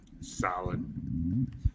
Solid